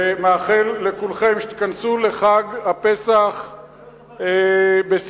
ומאחל לכולכם שתיכנסו לחג הפסח בשמחה